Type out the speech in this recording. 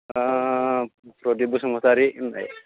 अह प्रदिप बसुमतारि होन्नाय